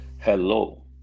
Hello